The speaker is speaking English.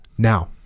Now